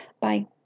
Bye